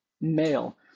male